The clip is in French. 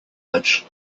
matchs